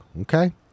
Okay